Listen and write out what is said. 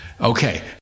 Okay